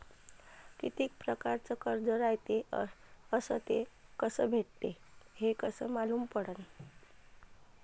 कितीक परकारचं कर्ज रायते अस ते कस भेटते, हे कस मालूम पडनं?